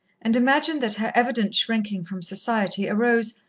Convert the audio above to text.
and imagined that her evident shrinking from society arose,